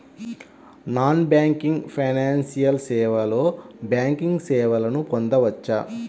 Non banking financial సేవలో banking సేవలను పొందవచ్చా?